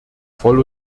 voll